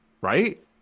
right